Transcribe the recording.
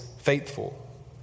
faithful